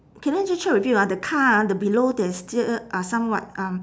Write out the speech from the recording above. can I just check with you ah the car ah the below there's ju~ uh some what um